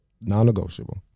Non-negotiable